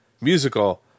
musical